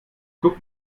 guck